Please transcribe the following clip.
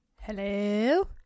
Hello